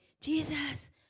Jesus